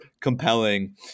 compelling